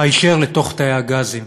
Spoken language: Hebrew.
היישר לתוך תאי הגזים